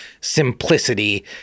simplicity